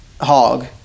hog